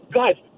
guys